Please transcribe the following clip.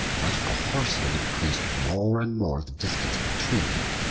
but the horseman increased more and more the distance between them.